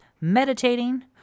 meditating